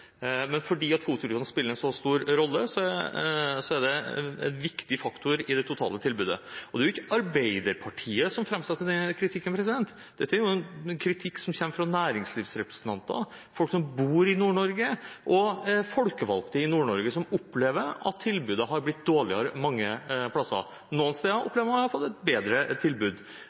Men fordi FOT-rutene spiller en så stor rolle, er det en viktig faktor i det totale tilbudet. Og det er ikke Arbeiderpartiet som framsetter denne kritikken, det er jo en kritikk som kommer fra næringslivsrepresentanter, folk som bor i Nord-Norge, og folkevalgte i Nord-Norge som opplever at tilbudet har blitt dårligere mange plasser. Noen steder opplever de å ha fått et bedre tilbud,